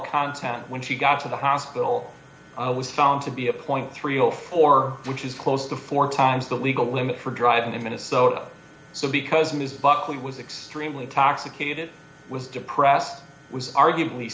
content when she got to the hospital was found to be a point thirty dollars or which is close to four times the legal limit for driving in minnesota because ms buckley was extremely toxic it was depressed was arguably